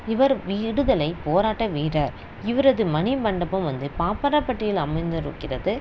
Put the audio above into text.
இவர் விடுதலைப் போராட்ட வீரர் இவரது மணி மண்டபம் வந்து பாப்பரப்பட்டியில் அமைந்திருக்கிறது